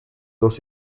dos